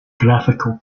graphical